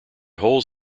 holds